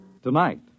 Tonight